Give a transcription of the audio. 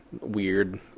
weird